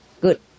Good